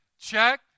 Check